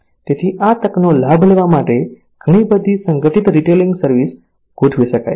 તેથી આ તકનો લાભ લેવા માટે ઘણી બધી સંગઠિત રિટેલિંગ સર્વિસ ગોઠવી શકાય છે